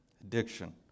addiction